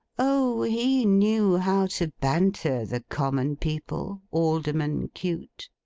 o, he knew how to banter the common people, alderman cute!